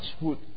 food